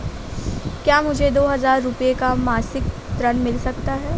क्या मुझे दो हजार रूपए का मासिक ऋण मिल सकता है?